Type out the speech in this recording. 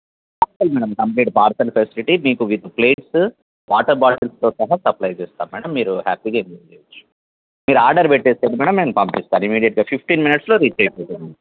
వస్తుంది madam complete parcel facility మీకు with plates water బాటిల్స్తో సహా సప్లయ్ చేస్తాం మేడం మీరు హ్యాపీగా ఎంజాయ్ చేయొచ్చు మీరు ఆర్డర్ పెట్టేస్తే మేడం మేం పంపిస్తాను ఇమీడియట్గా ఫిఫ్టీన్ మినిట్స్లో రీచ్ అయిపోతుంది